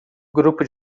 grupo